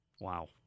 Wow